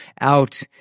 out